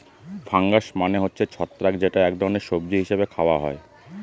fungus মানে হচ্ছে ছত্রাক যেটা এক ধরনের সবজি হিসেবে খাওয়া হয়